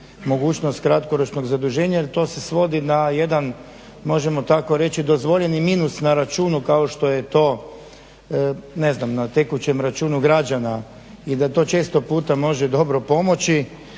mogućnost kratkoročnog zaduženja, jer to se svodi na jedan možemo tako reći dozvoljeni minus na računu kao što je to ne znam na tekućem računu građana i da to često puta može dobro pomoći